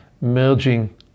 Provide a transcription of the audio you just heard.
merging